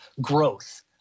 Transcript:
growth